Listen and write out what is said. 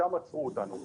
שם עצרו אותנו.